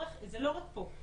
זה לא רק פה,